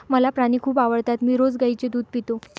मला प्राणी खूप आवडतात मी रोज गाईचे दूध पितो